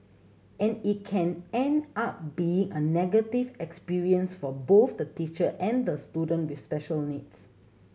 and it can end up being a negative experience for both the teacher and the student with special needs